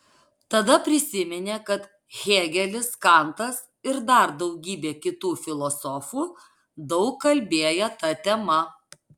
tada prisiminė kad hėgelis kantas ir dar daugybė kitų filosofų daug kalbėję ta tema